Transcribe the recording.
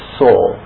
soul